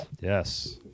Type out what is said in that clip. yes